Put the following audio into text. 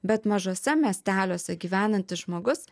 bet mažuose miesteliuose gyvenantis žmogus